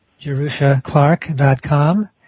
JerushaClark.com